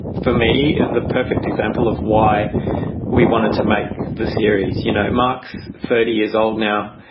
for me is the perfect example of why we wanted to make the series. you know, marks thirty years old now.